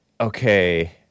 Okay